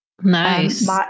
Nice